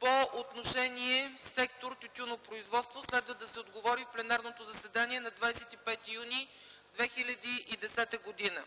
по отношение Сектор „Тютюнопроизводство”. Следва да се отговори в пленарното заседание на 25 юни 2010 г.